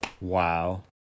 Wow